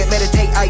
Meditate